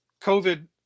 COVID